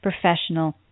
professional